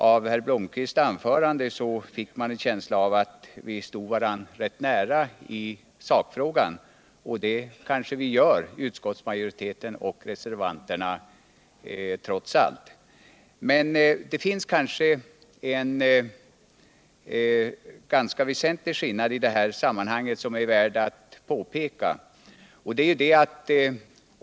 Av herr Blomkvists anförande fick man en känsla av att vi stod varandra rätt nära i sakfrågan. och det kanske utskottsmajoriteten och reservanterna trots allt gör. Men det finns en ganska väsentlig skillnad i sammanhanget som är värd att påpeka.